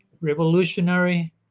revolutionary